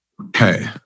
Okay